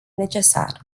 necesar